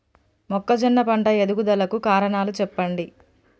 మొక్కజొన్న పంట ఎదుగుదల కు కారణాలు చెప్పండి?